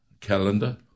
calendar